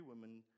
women